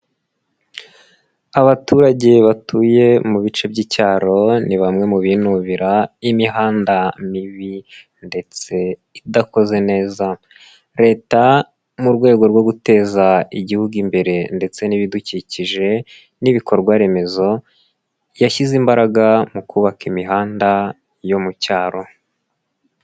Abaturage batuye mu bice by'icyaro ni bamwe mu binubira imihanda mibi ndetse idakoze neza. Leta mu rwego rwo guteza Igihugu imbere ndetse n'ibidukikije n'ibikorwa remezo, yashyize imbaraga mu kubaka imihanda yo mu cyaro.